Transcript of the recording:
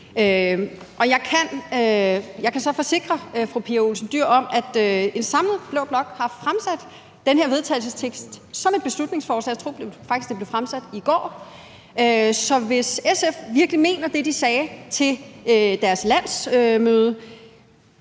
Olsen Dyhr om, at en samlet blå blok har fremsat den her vedtagelsestekst som et beslutningsforslag, og jeg tror faktisk, at det blev fremsat i går, så hvis SF virkelig mener det, de sagde til deres landsmøde,